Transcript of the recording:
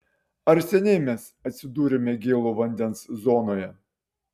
ar seniai mes atsidūrėme gėlo vandens zonoje